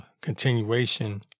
continuation